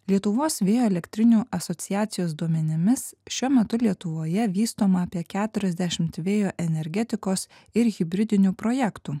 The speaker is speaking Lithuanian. lietuvos vėjo elektrinių asociacijos duomenimis šiuo metu lietuvoje vystoma apie keturiasdešimt vėjo energetikos ir hibridinių projektų